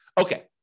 Okay